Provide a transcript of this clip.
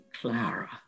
Clara